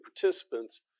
participants